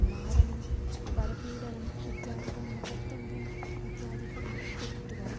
मारणं परपीडनम् इत्यादिकं न कर्तव्यम् इत्यादिकम् उक्त्वा